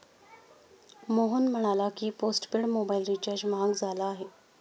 मोहन म्हणाला की, postpaid mobile recharge महाग झाला आहे